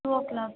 two O clock